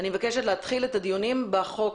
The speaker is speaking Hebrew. אני מבקשת להתחיל את הדיונים בחוק,